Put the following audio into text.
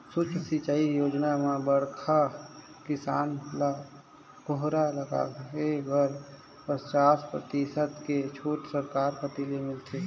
सुक्ष्म सिंचई योजना म बड़खा किसान ल फुहरा लगाए बर पचास परतिसत के छूट सरकार कति ले मिलथे